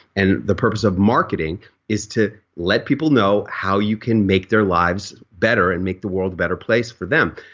and the purpose of marketing is to let people know how you can make their lives better and make the world a better place for them.